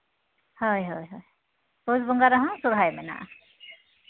ᱦᱳᱭ ᱦᱚᱭ ᱯᱩᱥ ᱵᱚᱸᱜᱟ ᱨᱮᱦᱚᱸ ᱥᱚᱨᱦᱟᱭ ᱢᱮᱱᱟᱜᱼᱟ